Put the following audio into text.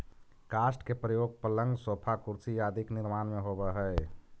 काष्ठ के प्रयोग पलंग, सोफा, कुर्सी आदि के निर्माण में होवऽ हई